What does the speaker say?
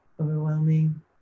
overwhelming